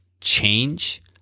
change